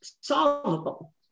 Solvable